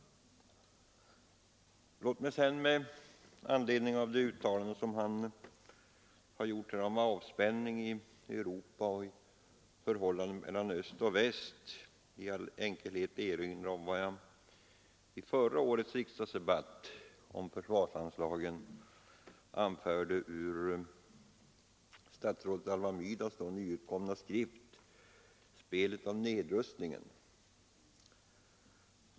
Låt mig sedan med anledning av de uttalanden som herr Gustavsson i Eskilstuna gjort om avspänningen i Europa och i förhållandet mellan öst och väst i all enkelhet erinra om vad jag i förra årets riksdagsdebatt om försvarsanslagen anförde ur statsrådet Alva Myrdals då nyutkomna skrift Spelet om nedrustningen.